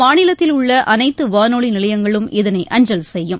மாநிலத்தில் உள்ள அனைத்து வானொலி நிலையங்களும் இதனை அஞ்சல் செய்யும்